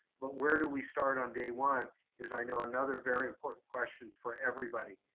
but where do we start on day one is i know another very important question for everybody.